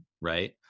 right